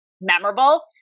memorable